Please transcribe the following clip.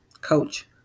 Coach